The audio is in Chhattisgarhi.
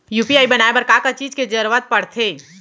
यू.पी.आई बनाए बर का का चीज के जरवत पड़थे?